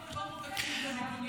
אנחנו העברנו תקציב למיגוניות.